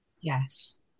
Yes